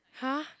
!huh!